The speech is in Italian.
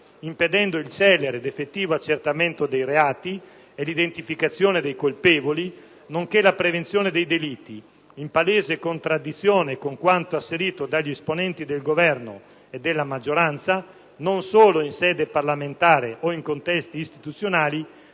impedendo il celere ed effettivo accertamento dei reati e l'identificazione dei colpevoli, nonché la prevenzione dei delitti, in palese contraddizione con quanto asserito dagli esponenti del Governo e della maggioranza non solo in sede parlamentare o in contesti istituzionali